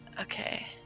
Okay